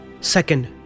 Second